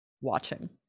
watching